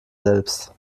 selbst